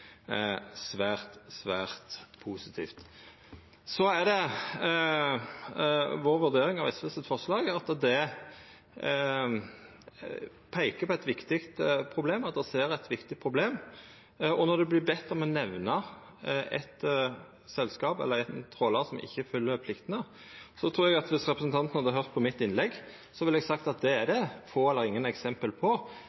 svært, svært positivt. Vår vurdering av forslaget frå SV er at det peikar på eit viktig problem, tek tak i eit viktig problem. Eg vert bedd om å nemna eit selskap eller ein trålar som ikkje følgjer pliktene, men eg trur at om representanten hadde høyrt på innlegget mitt, ville han ha høyrt meg seia at det er